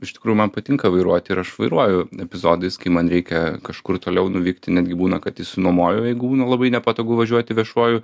iš tikrųjų man patinka vairuoti ir aš vairuoju epizodais kai man reikia kažkur toliau nuvykti netgi būna kad išsinomuoju jeigu būna labai nepatogu važiuoti viešuoju